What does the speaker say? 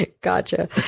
gotcha